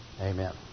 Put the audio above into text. Amen